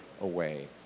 away